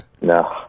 No